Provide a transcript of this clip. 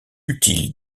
utile